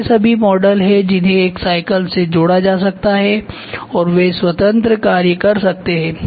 तो ये सभी मॉडल हैं जिन्हें एक साइकिल से जोड़ा जा सकता है और वे स्वतंत्र कार्य कर सकते हैं